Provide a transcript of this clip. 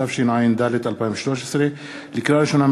התשע"ד 2013. לקריאה ראשונה,